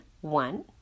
one